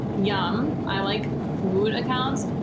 yum. i like food accounts.